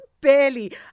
barely